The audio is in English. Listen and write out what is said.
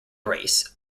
race